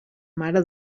mare